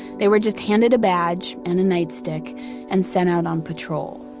they were just handed a badge and a nightstick and sent out on patrol